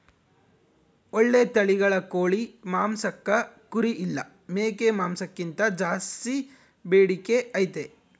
ಓಳ್ಳೆ ತಳಿಗಳ ಕೋಳಿ ಮಾಂಸಕ್ಕ ಕುರಿ ಇಲ್ಲ ಮೇಕೆ ಮಾಂಸಕ್ಕಿಂತ ಜಾಸ್ಸಿ ಬೇಡಿಕೆ ಐತೆ